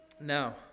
Now